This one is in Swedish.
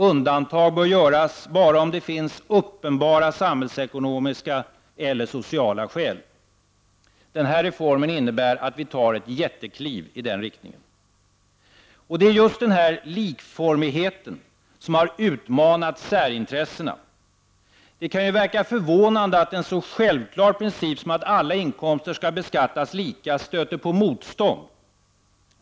Undantag bör göras bara om det finns uppenbara samhällsekonomiska eller sociala skäl. Reformen innebär att vi tar ett jättekliv i den riktningen. Det är just denna likformighet som har utmanat särintressena. Det kan ju verka förvånande att en så självklar princip som att alla inkomster skall beskattas lika stöter på motstånd.